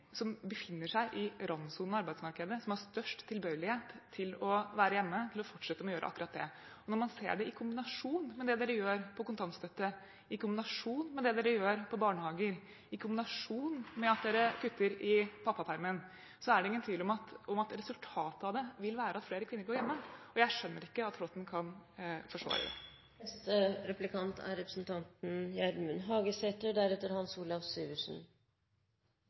som befinner seg i randsonen av arbeidsmarkedet, som har størst tilbøyelighet til å være hjemme, til å fortsette med akkurat det. Når man ser det i kombinasjon med det dere gjør på kontantstøtte, i kombinasjon med det dere gjør på barnehager, i kombinasjon med at dere kutter i pappapermen, er det ingen tvil om at resultatet av det vil være at flere kvinner går hjemme. Jeg skjønner ikke at Flåtten kan forsvare det. Representanten Marthinsen var inne på desse skattelettane som regjeringa har foreslått. Ikkje uventa er